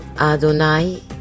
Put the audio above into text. Adonai